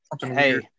Hey